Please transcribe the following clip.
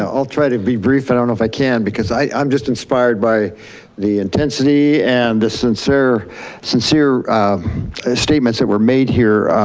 and i'll try to be brief, i don't know if i can, because i'm just inspired by the intensity and the sincere sincere statements that were made here.